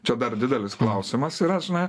čia dar didelis klausimas yra žinai